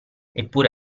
eppure